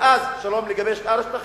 ואז לגבי שאר השטחים,